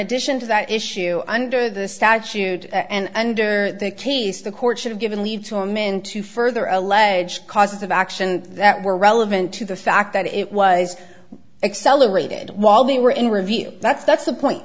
ddition to that issue under the statute and under the case the court should have given leave to him into further alleged causes of action that were relevant to the fact that it was accelerated while they were in review that's that's the point